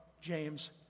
James